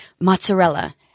Mozzarella